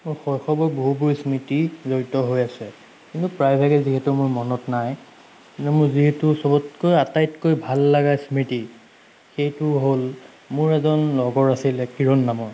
মোৰ শৈশৱৰ বহুবোৰ স্মৃতি জড়িত হৈ আছে কিন্তু প্ৰায় ভাগেই যিহেতু মোৰ মনত নাই কিন্তু মোৰ যিহেতু চবতকৈ আটাইতকৈ ভাল লগা স্মৃতি সেইটো হ'ল মোৰ এজন লগৰ আছিলে কিৰণ নামৰ